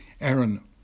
Aaron